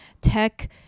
tech